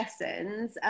Lessons